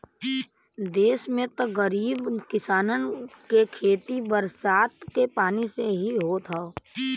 देस में त गरीब किसानन के खेती बरसात के पानी से ही होत हौ